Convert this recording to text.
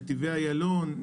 נתיבי איילון,